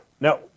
No